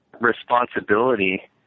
responsibility